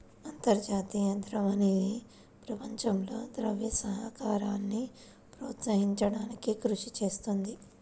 అంతర్జాతీయ ద్రవ్య నిధి ప్రపంచంలో ద్రవ్య సహకారాన్ని ప్రోత్సహించడానికి కృషి చేస్తుంది